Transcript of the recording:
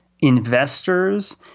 investors